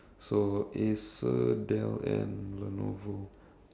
so Acer Dell and Lenovo